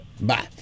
Bye